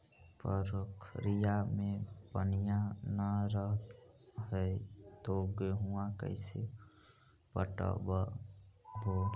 पोखरिया मे पनिया न रह है तो गेहुमा कैसे पटअब हो?